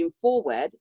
forward